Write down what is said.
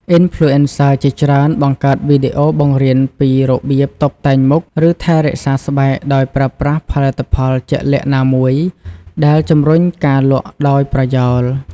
អុីនផ្លូអេនសឹ ជាច្រើនបង្កើតវីដេអូបង្រៀនពីរបៀបតុបតែងមុខ ឬថែរក្សាស្បែកដោយប្រើប្រាស់ផលិតផលជាក់លាក់ណាមួយ ដែលជំរុញការលក់ដោយប្រយោល។